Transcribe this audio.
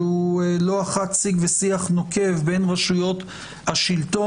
שהוא לא אחת סיג ושיח נוקב בין רשויות השלטון.